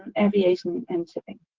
and aviation, and shipping.